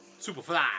Superfly